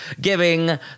giving